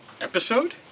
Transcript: Episode